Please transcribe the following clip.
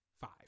five